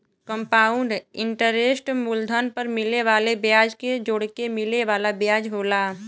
compound interest मूलधन पर मिले वाले ब्याज के जोड़के मिले वाला ब्याज होला